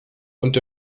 und